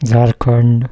Jharkhand